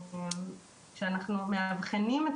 כשאנחנו מאבחנים את